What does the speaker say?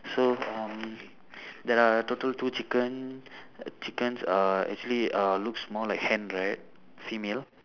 so um there are total two chicken chickens are actually uh looks more like hen right female